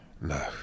no